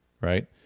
right